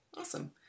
Awesome